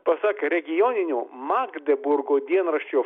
pasak regioninio magdeburgo dienraščio